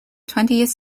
twentieth